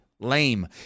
lame